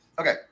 okay